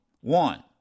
One